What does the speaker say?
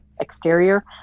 exterior